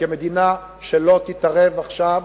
כי אם המדינה לא תתערב עכשיו,